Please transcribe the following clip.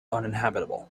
uninhabitable